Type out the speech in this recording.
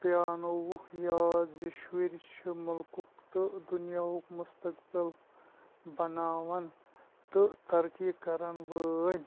پیٛانوٚوُکھ یاد زِ شُرۍ چھِ مُلکُک تہٕ دُنیاہُک مستقبِل بناون تہٕ ترقی کرَن وٲلۍ